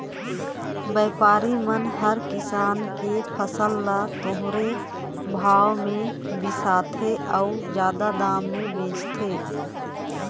बेपारी मन हर किसान के फसल ल थोरहें भाव मे बिसाथें अउ जादा मे बेचथें